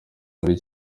muri